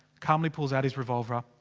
calmly pulls out his revolver.